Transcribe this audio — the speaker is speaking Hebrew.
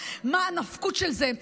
מה הנפקות של זה,